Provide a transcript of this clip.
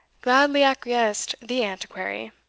gladly acquiesced the antiquary